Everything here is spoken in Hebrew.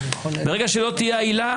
ברגע שלא תהיה העילה,